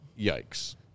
Yikes